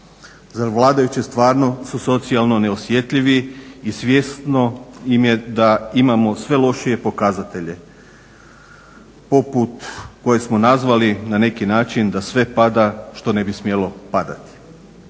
Zar vladajući stvarno su socijalno neosjetljivi i svjesni im je da imamo sve lošije pokazatelje. Poput koje smo nazvali na neki način da sve pada što ne bi smjelo padati.